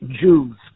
Jews